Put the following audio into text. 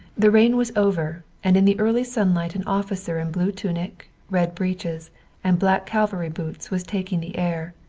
the rain was over, and in the early sunlight an officer in blue tunic, red breeches and black cavalry boots was taking the air,